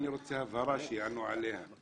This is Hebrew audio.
אני רוצה הבהרה, שיענו עליה.